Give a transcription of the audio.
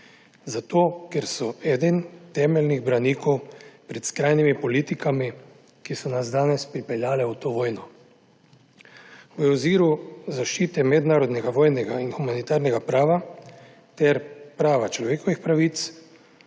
zato ker so eden temeljnih branikov pred skrajnimi politikami, ki so nas danes pripeljale v to vojno. V oziru zaščite mednarodnega vojnega in humanitarnega prava ter prava človekovih pravic